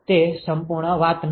તે સંપૂર્ણ વાત નથી